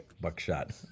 buckshot